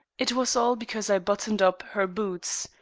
it was all because i buttoned up her boots,